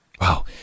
Wow